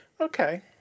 Okay